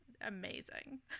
Amazing